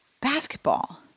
basketball